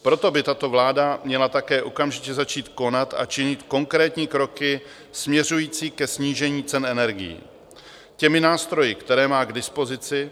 Proto by tato vláda měla také okamžitě začít konat a činit konkrétní kroky směřující ke snížení cen energií těmi nástroji, které má k dispozici.